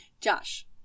Josh